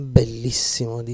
bellissimo